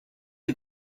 who